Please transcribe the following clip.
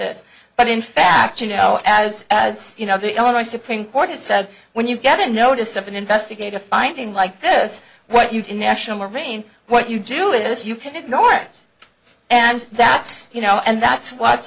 this but in fact you know as as you know the illinois supreme court has said when you get a notice of an investigative finding like this what you can national marine what you do in this you can ignore it and that's you know and that's what